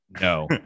No